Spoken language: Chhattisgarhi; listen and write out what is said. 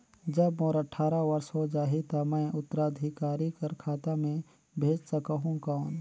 जब मोर अट्ठारह वर्ष हो जाहि ता मैं उत्तराधिकारी कर खाता मे भेज सकहुं कौन?